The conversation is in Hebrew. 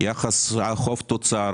יחס חוב-תוצר,